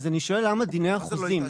אז אני שואל למה דיני החוזים,